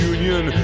Union